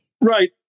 Right